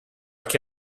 che